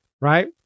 Right